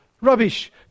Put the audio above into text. Rubbish